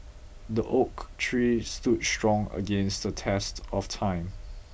the oak tree stood strong against the test of time